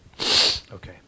Okay